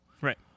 Right